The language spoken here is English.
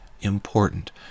important